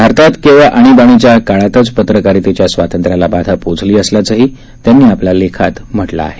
भारतात केवळ आणिबाणीच्या काळातच पत्रकारितेच्या स्वातंत्र्याला बाधा पोचली असल्याचंही त्यांनी आपल्या लेखात म्हटलं आहे